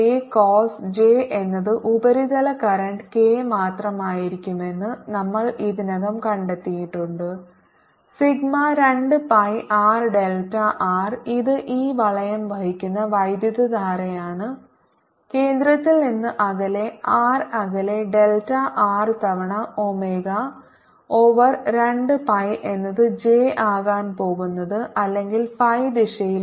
case J എന്നത് ഉപരിതല current K മാത്രമായിരിക്കുമെന്ന് നമ്മൾ ഇതിനകം കണ്ടെത്തിയിട്ടുണ്ട് sigma 2 pi R delta R ഇത് ഈ വളയം വഹിക്കുന്ന വൈദ്യുതധാരയാണ് കേന്ദ്രത്തിൽ നിന്ന് അകലെ r അകലെ ഡെൽറ്റ r തവണ ഒമേഗ ഓവർ 2 pi എന്നത് J ആകാൻ പോകുന്നത് അല്ലെങ്കിൽ phi ദിശയിലുള്ള k ആണ്